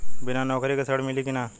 बिना नौकरी के ऋण मिली कि ना?